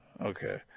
Okay